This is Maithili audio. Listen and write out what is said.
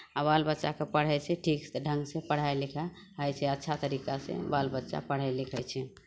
आ बाल बच्चाके पढ़ै छै ठीकसँ ढङ्गसँ पढ़ाइ लिखाइ होइ छै अच्छा तरीकासँ बाल बच्चा पढ़ै लिखै छै